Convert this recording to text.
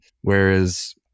whereas